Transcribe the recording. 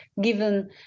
given